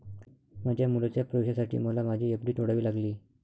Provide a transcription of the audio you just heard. माझ्या मुलाच्या प्रवेशासाठी मला माझी एफ.डी तोडावी लागली